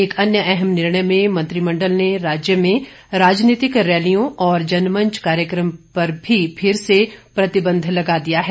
एक अन्य अहम निर्णय में मंत्रिमण्डल ने राज्य में राजनीतिक रैलियों और जनमंच कार्यक्रम पर भी फिर से प्रतिबंध लगा दिया है